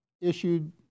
issued